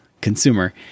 consumer